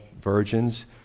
virgins